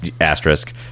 Asterisk